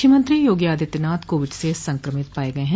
मुख्यमंत्री योगी आदित्यनाथ कोविड से संक्रमित पाए गए हैं